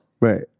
Right